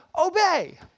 obey